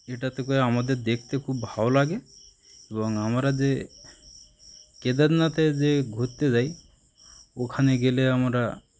এটাতে করে আমাদের দেখতে খুব ভালো লাগে এবং আমরা যে কেদারনাথে যে ঘুরতে যাই ওখানে গেলে আমরা